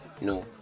no